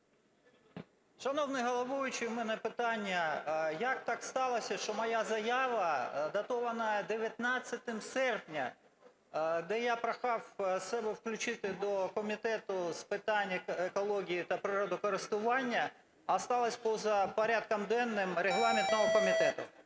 Шановний головуючий, у мене питання. Як так сталося, що моя заява, датована 19 серпня, де я прохав себе включити до Комітету з питань екології та природокористування, осталась поза порядком денним регламентного комітету?